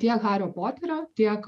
tiek hario poterio tiek